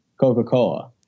coca-cola